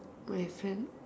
my friend